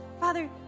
Father